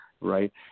Right